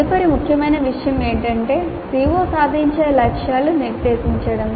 తదుపరి ముఖ్యమైన విషయం ఏమిటంటే CO సాధించే లక్ష్యాలను నిర్దేశించడం